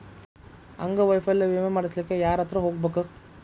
ಅಂಗವೈಫಲ್ಯ ವಿಮೆ ಮಾಡ್ಸ್ಲಿಕ್ಕೆ ಯಾರ್ಹತ್ರ ಹೊಗ್ಬ್ಖು?